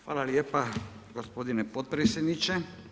Hvala lijepa gospodine potpredsjedniče.